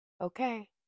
okay